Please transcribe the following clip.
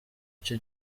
icyo